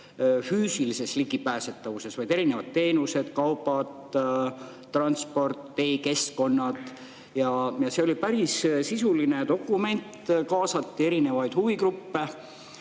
füüsilises ligipääsetavuses, vaid erinevates teenustes, kaupades, transpordis, e-keskkondades. See oli päris sisuline dokument, kaasati erinevaid huvigruppe.